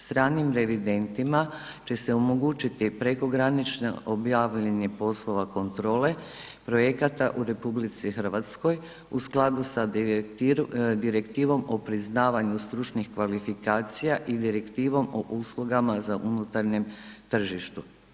Stranim revidentima će se omogućiti prekogranično obavljanje poslova kontrole projekata u RH u skladu sa Direktivom o priznavanju stručnih kvalifikacija i Direktivom o uslugama za unutarnjem tržištu.